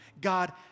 God